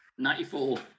94